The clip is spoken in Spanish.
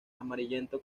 amarillento